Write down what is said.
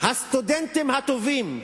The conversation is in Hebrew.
הסטודנטים הטובים,